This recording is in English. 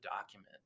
document